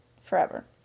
forever